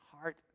heart